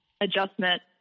adjustment